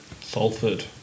Salford